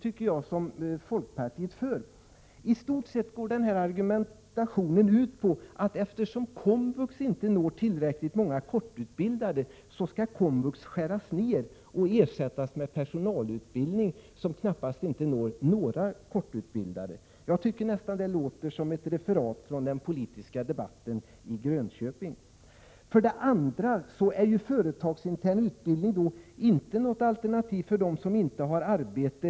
Argumentationen går i stort sett ut på att eftersom komvux inte når tillräckligt många av de med kort utbildning, skall komvux skäras ned och ersättas med personalutbildning, som knappast når några med kort utbildning. Jag tycker nästan att det låter som ett referat från den politiska debatten i Grönköping. Företagsintern utbildning är inget alternativ för dem som inte har arbete.